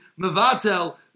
mevatel